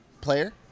Player